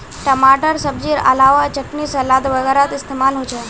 टमाटर सब्जिर अलावा चटनी सलाद वगैरहत इस्तेमाल होचे